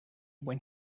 when